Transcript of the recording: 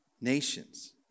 nations